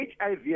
HIV